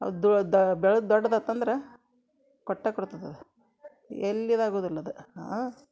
ಅದು ಅದು ಬೆಳ್ದು ದೊಡ್ದಾತಂದ್ರೆ ಕೊಟ್ಟೇ ಕೊಡ್ತದೆ ಅದು ಎಲ್ಲಿ ಇದಾಗೋದಿಲ್ಲ ಅದು